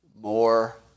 more